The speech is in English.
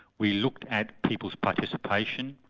we looked at people's participation,